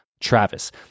Travis